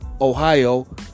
Ohio